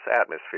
atmosphere